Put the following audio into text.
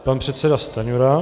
Pan předseda Stanjura.